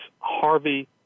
Harvey